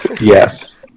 Yes